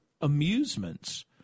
amusements